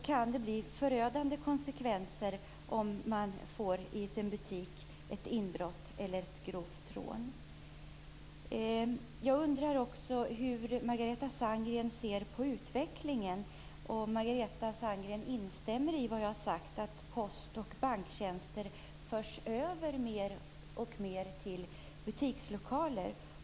Det bli förödande konsekvenser om småföretagare får ett inbrott eller ett grovt rån i sin butik. Jag undrar också hur Margareta Sandgren ser på utvecklingen. Instämmer Margareta Sandgren i vad jag har sagt om att post och banktjänster mer och mer förs över till butikslokaler?